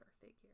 figure